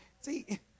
See